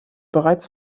bereits